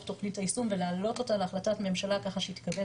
תכנית היישום ולהעלות אותה להחלטת ממשלה ככה שהיא תקבל